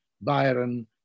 Byron